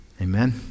Amen